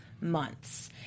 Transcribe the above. months